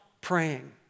praying